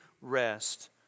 rest